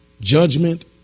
Judgment